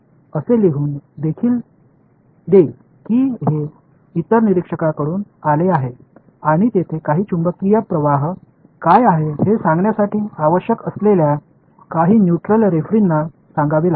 तर तो हे लिहून देईल की हे इतर निरीक्षकाकडून आले आहे आणि तेथे काही चुंबकीय प्रवाह काय आहे हे सांगण्यासाठी आवश्यक असलेल्या काही न्यूट्रल रेफ्रीन्ना सांगावे लागेल